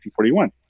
1941